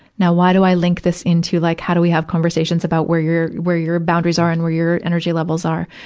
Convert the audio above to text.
now why do i link this into like how do we have conversations about where your, where your boundaries are and where your energy levels are?